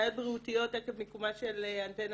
בעיות בריאותיות עקב מיקומה של אנטנה